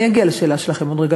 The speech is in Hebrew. אני אגיע לשאלה שלכם עוד רגע,